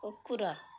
କୁକୁର